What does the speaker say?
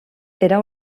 era